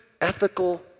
ethical